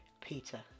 peter